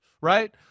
right